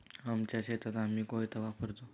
आमच्या शेतात आम्ही कोयता वापरतो